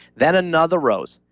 then, another rose,